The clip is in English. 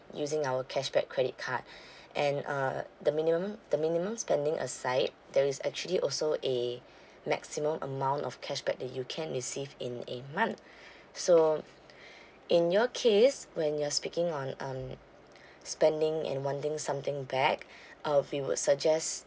using our cashback credit card and uh the minimum the minimum spending aside there is actually also a maximum amount of cashback that you can receive in a month so in your case when you are speaking on um spending and wanting something back uh we would suggest